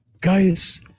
Guys